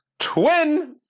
Twin